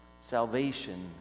Salvation